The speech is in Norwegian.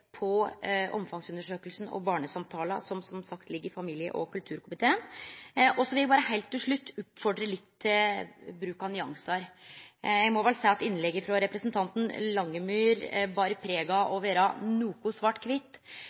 på omfangsundersøkinga og barnesamtalar som, som sagt, ligg i familie- og kulturkomiteen. Heilt til slutt vil eg berre oppmode litt om å vere nyansert. Eg må vel seie at innlegget frå representanten Langemyr var prega av å vere noko